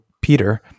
Peter